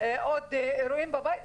עוד אירועים בבית,